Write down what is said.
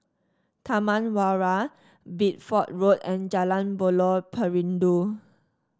Taman Warna Bideford Road and Jalan Buloh Perindu